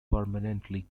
permanently